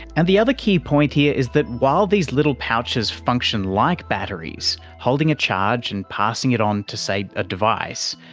and the other key point here is that while these little pouches function like batteries, holding a charge and passing it on to, say, a device,